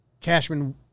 Cashman